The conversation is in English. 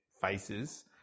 faces